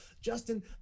Justin